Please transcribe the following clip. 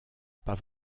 pas